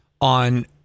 on